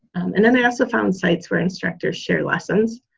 and then i also found sites where instructors share lessons.